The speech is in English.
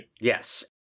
Yes